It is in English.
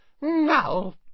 Now